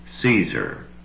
Caesar